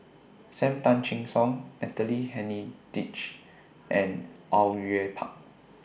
SAM Tan Chin Siong Natalie Hennedige and Au Yue Pak